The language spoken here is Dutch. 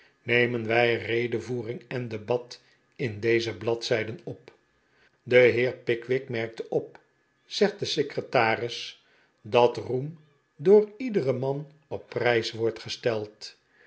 nemen wij redevoering en debat in deze bladzijden op de heer pickwick merkte op zegt de secretaris dat roem door iederen man op prijs wordt gesteld